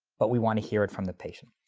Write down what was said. but we want to hear it from the patient.